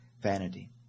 vanity